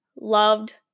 loved